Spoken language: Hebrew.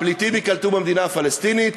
הפליטים ייקלטו במדינה הפלסטינית